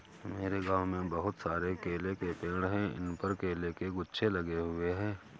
मेरे गांव में बहुत सारे केले के पेड़ हैं इन पर केले के गुच्छे लगे हुए हैं